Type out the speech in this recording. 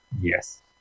yes